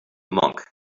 monk